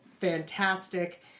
fantastic